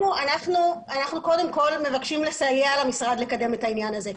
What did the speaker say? אנחנו קודם כל מבקשים לסייע למשרד לקדם את העניין הזה.